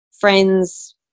friends